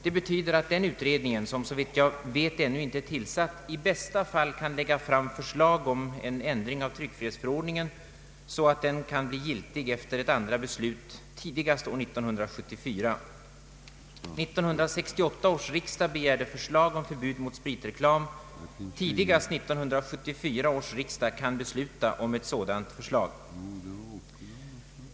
Det betyder att utredningen, som såvitt jag vet ännu inte är tillsatt, i bästa fall kan lägga fram förslag om en ändring av tryckfrihetsförordningen så att den kan bli giltig efter ett andra beslut tidigast år 1974. 1968 års riksdag begärde förslag om förbud mot spritreklam. Tidigast 1974 års riksdag kan besluta om ett sådant förslag.